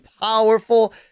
powerful